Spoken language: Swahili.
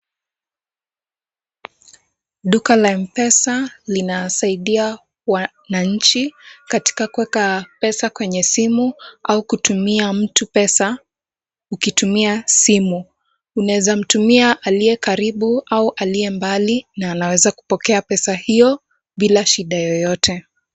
Duka la M-Pesa linasaidia wananchi katika kuweka pesa kwenye simu au kutumia mtu pesa ukitumia simu. Unaweza mtumia aliye karibu au aliye mbali na anaweza kupokea pesa hiyo bila shida yoyote.